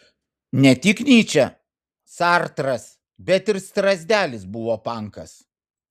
ne tik nyčė sartras bet ir strazdelis buvo pankas